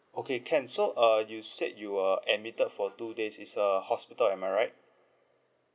okay can so uh you said you were admitted for two days it's a hospital am I right